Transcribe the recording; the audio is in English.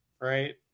right